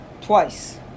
twice